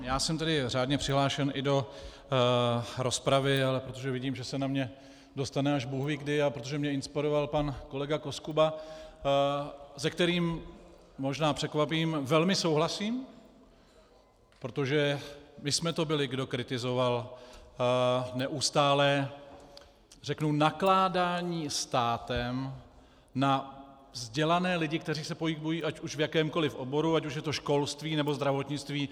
Já jsem tedy řádně přihlášen i do rozpravy, ale protože vidím, že se na mě dostane až bůhvíkdy, a protože mě inspiroval pan kolega Koskuba, se kterým možná překvapím velmi souhlasím, protože my jsme to byli, kdo kritizoval neustálé nakládání státem na vzdělané lidi, kteří se pohybují ať už v jakémkoliv oboru, ať už je to školství, nebo zdravotnictví.